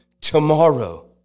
tomorrow